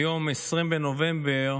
היום 20 בנובמבר,